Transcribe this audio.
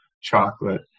chocolate